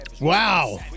Wow